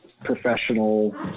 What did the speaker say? professional